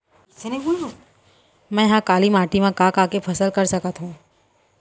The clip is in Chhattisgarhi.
मै ह काली माटी मा का का के फसल कर सकत हव?